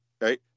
right